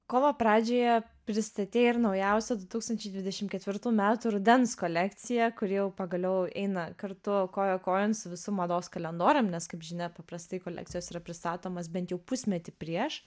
kovo pradžioje pristatei ir naujausią du tūkstančiai dvidešimt ketvirtų metų rudens kolekciją kuri jau pagaliau eina kartu koja kojon su visu mados kalendorium nes kaip žinia paprastai kolekcijos yra pristatomos bent jau pusmetį prieš